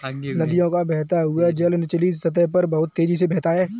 नदियों का बहता हुआ जल निचली सतह पर बहुत तेजी से बहता है